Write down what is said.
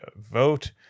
vote